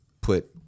put